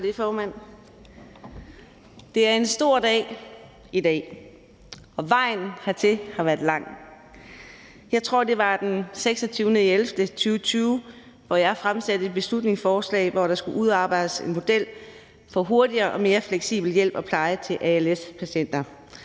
Det er en stor dag i dag, og vejen hertil har været lang. Jeg tror, det var den 26. november 2020, hvor jeg fremsatte et beslutningsforslag om, at der skulle udarbejdes en model for hurtigere og mere fleksibel hjælp og pleje til alle patienter.